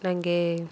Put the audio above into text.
ನನಗೆ